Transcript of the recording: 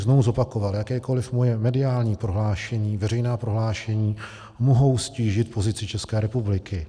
Znovu bych zopakoval, jakákoliv moje mediální prohlášení, veřejná prohlášení mohou ztížit pozici České republiky.